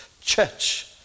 church